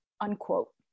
unquote